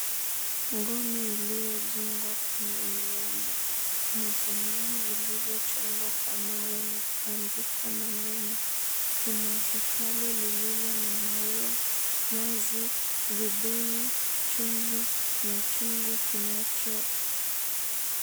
𝑁𝑔𝑜𝑚𝑒 iliyojengwa kwenye miamba, kuna sanamu zilizo chongwa kwa mawe na kuandikwa maneno. Kuna hekalu lililo na maua, nazi, vibuyu, chumvi na chungu 𝑘𝑖𝑛𝑎𝑐ℎ𝑜...